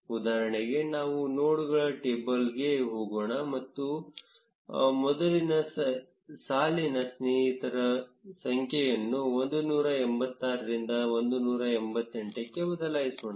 ಉದಾಹರಣೆಗೆ ನಾವು ನೋಡ್ಗಳ ಟೇಬಲ್ಗೆ ಹೋಗೋಣ ಮತ್ತು ಮೊದಲ ಸಾಲಿನ ಸ್ನೇಹಿತರ ಸಂಖ್ಯೆಯನ್ನು 186 ರಿಂದ 188 ಕ್ಕೆ ಬದಲಾಯಿಸೋಣ